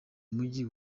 mujyi